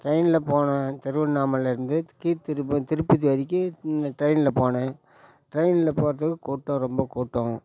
ட்ரெயினில் போனேன் திருவண்ணாமலை இருந்து கீழ் திருப்பதி திருப்பதி வரைக்கு இந்த ட்ரெயினில் போனேன் ட்ரெயினில் போவதுக்கு கூட்டம் ரொம்ப கூட்டம்